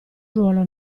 ruolo